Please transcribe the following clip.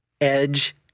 edge